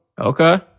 Okay